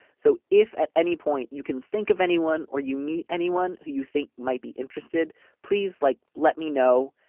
so if at any point you can think of anyone or you meet anyone who you think might be interested please like let me know.